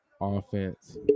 Offense